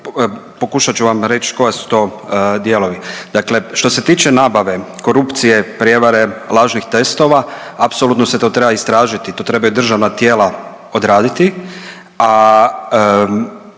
pokušat ću vam reći koji su to dijelovi. Dakle, što se tiče nabave, korupcije, prijevare, lažnih testova apsolutno se to treba istražiti. To trebaju državna tijela odraditi,